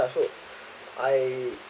so I